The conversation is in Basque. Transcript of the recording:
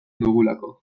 dugulako